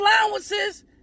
allowances